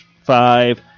Five